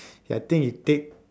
I think he take